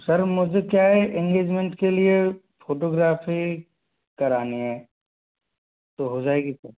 sir मुझे क्या है इंगेजमेंट के लिए फ़ोटोग्राफी करानी है तो हो जाएगी सर